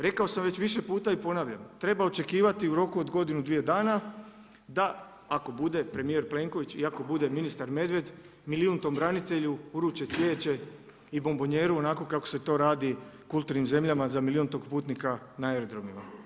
Rekao sam već više puta i ponavljam, treba očekivati u roku od godinu, dvije dana da ako bude premijer Plenković i ako bude ministar Medved milijuntom branitelju uruče cvijeće i bombonjeru onako kako se to radi u kulturnim zemljama za milijuntog putnika na aerodromima.